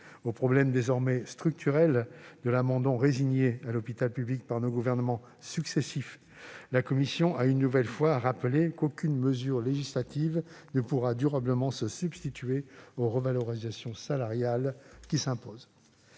au problème, désormais structurel, de l'abandon résigné de l'hôpital public par nos gouvernements successifs, la commission a une nouvelle fois rappelé qu'aucune mesure législative ne pourrait durablement se substituer aux revalorisations salariales qui s'imposent.